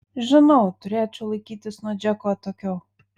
žinau turėčiau laikytis nuo džeko atokiau